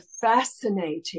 fascinating